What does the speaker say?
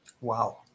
Wow